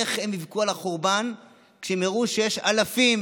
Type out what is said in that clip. איך הם יבכו על החורבן כשהם יראו שיש אלפים